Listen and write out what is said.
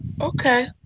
Okay